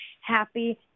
happy